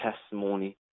testimony